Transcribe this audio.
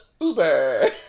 uber